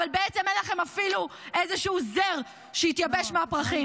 אבל בעצם אין לכם אפילו איזשהו זר שהתייבש מהפרחים.